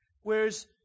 Whereas